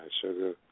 Sugar